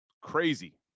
Crazy